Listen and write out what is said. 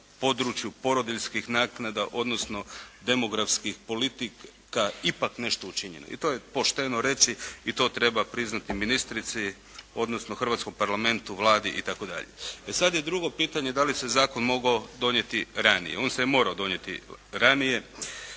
području porodiljskih naknada, odnosno demografskih politika ipak nešto učinjeno i to je pošteno reći i to treba priznati ministrici, odnosno Hrvatskom parlamentu, Vladi itd.. E sada je drugo pitanje da li se Zakon mogao donijeti ranije? On se je morao donijeti ranije.